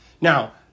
Now